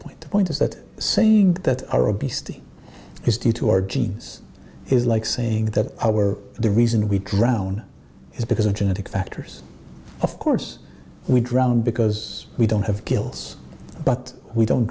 point point is that saying that our obesity is due to our genes is like saying that our the reason we drown is because of genetic factors of course we drown because we don't have kills but we don't